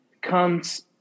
comes